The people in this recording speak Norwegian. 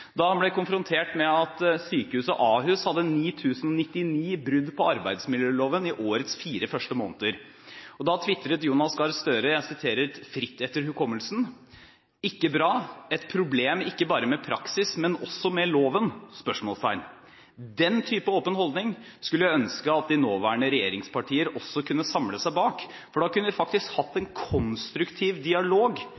da han ble konfrontert med at sykehuset Ahus hadde 9 099 brudd på arbeidsmiljøloven i årets fire første måneder. Da twitret Jonas Gahr Støre, jeg siterer fritt etter hukommelsen: Ikke bra. Et problem, ikke bare med praksis, men også med loven? Den typen åpen holdning skulle jeg ønske at de nåværende regjeringspartier også kunne samle seg bak, for da kunne vi faktisk hatt en